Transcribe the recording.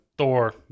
Thor